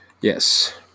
Yes